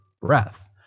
breath